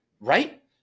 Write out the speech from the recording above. Right